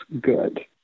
good